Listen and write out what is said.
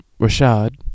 rashad